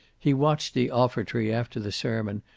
he watched the offertory after the sermon,